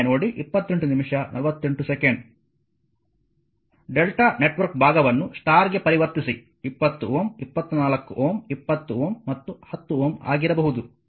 Δ network ಭಾಗವನ್ನು star ಗೆ ಪರಿವರ್ತಿಸಿ 20 Ω 24Ω 20Ω ಮತ್ತು 10Ω ಆಗಿರಬಹುದು